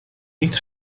niet